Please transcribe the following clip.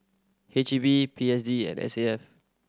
H E B P S D and S A F